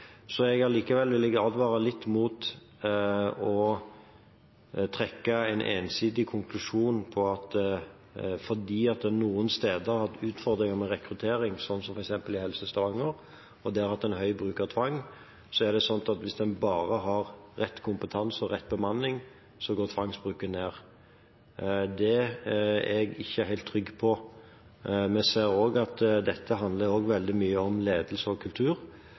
Jeg vil likevel advare litt mot å trekke en ensidig konklusjon om at fordi at det noen steder har vært utfordringer med rekruttering, som f.eks. i Helse Stavanger og der en har hatt en høy bruk av tvang, så er det slik at hvis en bare har rett kompetanse og rett bemanning, så går tvangsbruken ned. Det er jeg ikke helt trygg på. Vi ser også at dette handler veldig mye om ledelse og kultur,